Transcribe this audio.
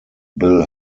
bill